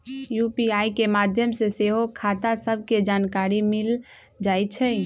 UPI के माध्यम से सेहो खता सभके जानकारी मिल जाइ छइ